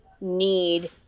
need